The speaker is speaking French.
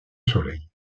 soleil